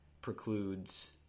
precludes